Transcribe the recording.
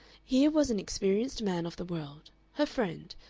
here was an experienced man of the world, her friend,